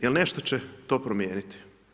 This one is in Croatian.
Jel nešto će to promijeniti?